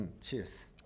Cheers